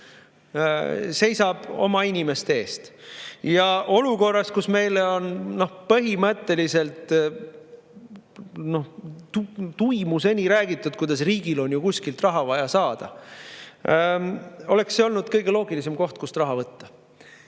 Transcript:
seisab oma inimeste eest. Olukorras, kus meile on põhimõtteliselt tuimuseni räägitud, kuidas riigil on ju kuskilt vaja raha saada, oleks see olnud kõige loogilisem koht, kust raha võtta.